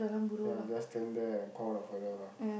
ya just stand there and call the fella lah